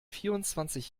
vierundzwanzig